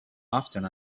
often